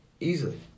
Easily